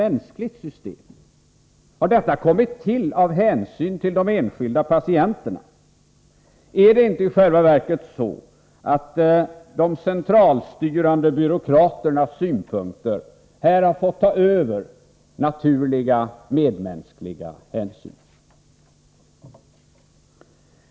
Är det inte i själva verket så att de centralstyrande byråkraternas synpunkter här har fått ta över naturliga medmänskliga hänsyn?